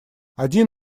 один